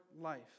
life